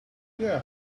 yeah